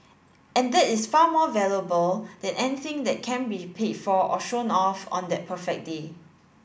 and that is far more valuable than anything that can be paid for or shown off on that perfect day